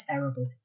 terrible